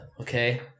Okay